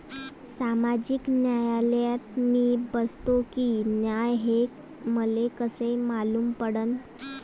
सामाजिक योजनेत मी बसतो की नाय हे मले कस मालूम पडन?